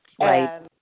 Right